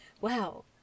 Wow